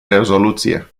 rezoluție